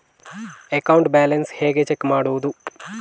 Account balance ಹೇಗೆ check ಮಾಡುವುದು?